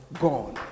gone